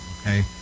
Okay